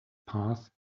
path